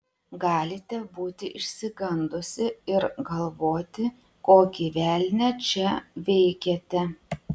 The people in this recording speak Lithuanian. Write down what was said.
galite būti išsigandusi ir galvoti kokį velnią čia veikiate